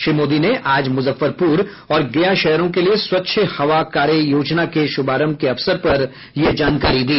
श्री मोदी ने आज मुजफ्फरपुर और गया शहरों के लिये स्वच्छ हवा कार्य योजना के शुभारंभ के अवसर पर यह जानकारी दी